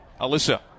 Alyssa